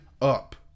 up